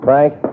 Frank